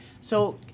So-